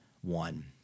one